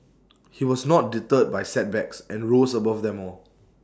he was not deterred by setbacks and rose above them all